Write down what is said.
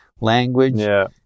language